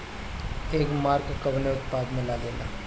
एगमार्क कवने उत्पाद मैं लगेला?